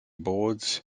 boards